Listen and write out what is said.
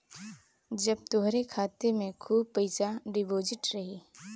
जब तोहरे खाते मे खूबे पइसा डिपोज़िट रही